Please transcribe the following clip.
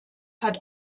hat